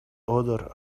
other